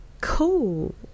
cool